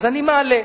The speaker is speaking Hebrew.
אז אני מעלה.